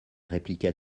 répliqua